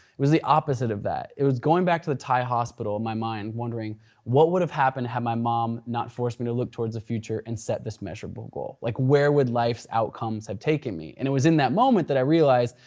was the opposite of that. it was going back to the thai hospital in my mind and wondering what would've happened had my mom not forced me to look towards the future and set this measurable goal? like where would life's outcomes have taken me. and it was in the moment that i realized,